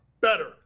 better